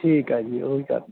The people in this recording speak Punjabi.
ਠੀਕ ਹੈ ਜੀ ਉਹੀ ਕਰ